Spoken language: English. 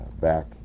Back